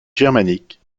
germaniques